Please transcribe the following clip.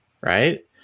right